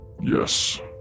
Yes